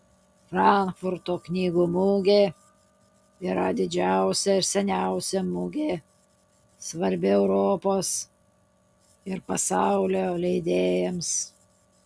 frankfurto knygų mugė yra didžiausia ir seniausia mugė svarbi europos ir pasaulio leidėjams